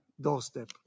doorstep